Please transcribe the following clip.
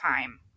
time